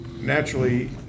naturally